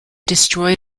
destroyed